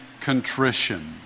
contrition